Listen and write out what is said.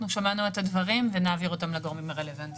שמענו את הדברים ונעביר אותם לגורמים הרלוונטיים.